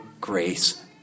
grace